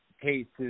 cases